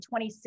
2016